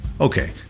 Okay